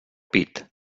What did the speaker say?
pit